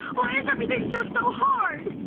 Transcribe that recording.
why is everything just so hard!